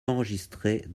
enregistrés